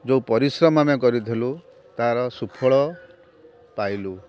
ଯେଉଁ ପରିଶ୍ରମ ଆମେ କରିଥିଲୁ ତା'ର ସୁଫଳ ପାଇଲୁ